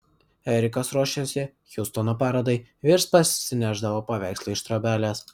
erikas ruošėsi hjustono parodai vis parsinešdavo paveikslų iš trobelės